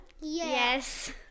Yes